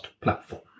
platform